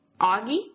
Augie